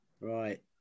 right